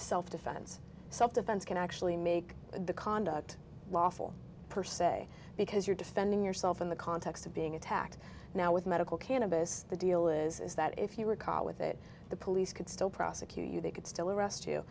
self defense self defense can actually make the conduct lawful per se because you're defending yourself in the context of being attacked now with medical cannabis the deal is that if you were caught with it the police could still prosecute you they could still arrest you